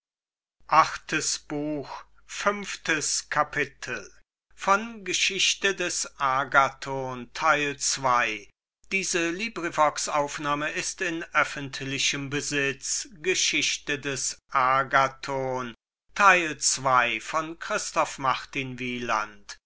der geschichte des agathon